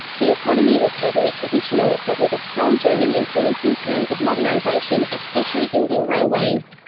the economy was heavily traditional, but with a strong german influence in terms of modernization, especially building railways.